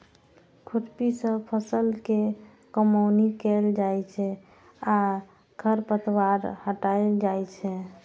खुरपी सं फसल के कमौनी कैल जाइ छै आ खरपतवार हटाएल जाइ छै